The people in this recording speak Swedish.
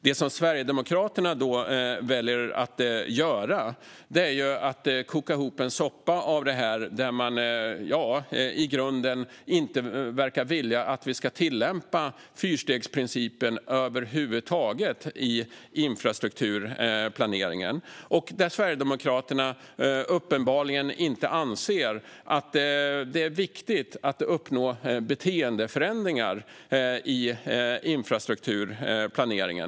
Det som Sverigedemokraterna väljer att göra är att koka ihop en soppa av det här där man i grunden inte verkar vilja att vi ska tillämpa fyrstegsprincipen över huvud taget i infrastrukturplaneringen och där Sverigedemokraterna uppenbarligen inte anser att det är viktigt att uppnå beteendeförändringar i infrastrukturplaneringen.